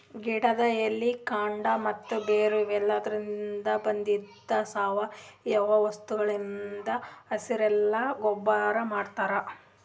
ಗಿಡದ್ ಎಲಿ ಕಾಂಡ ಮತ್ತ್ ಬೇರ್ ಇವೆಲಾದ್ರಿನ್ದ ಬಂದಿದ್ ಸಾವಯವ ವಸ್ತುಗಳಿಂದ್ ಹಸಿರೆಲೆ ಗೊಬ್ಬರ್ ಮಾಡ್ತಾರ್